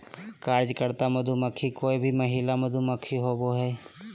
कार्यकर्ता मधुमक्खी कोय भी महिला मधुमक्खी होबो हइ